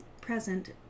present